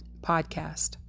podcast